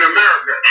America